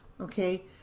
Okay